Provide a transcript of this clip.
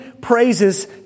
praises